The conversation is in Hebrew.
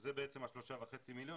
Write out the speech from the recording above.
וזה בעצם ה-3.5 מיליון.